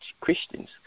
Christians